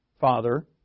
Father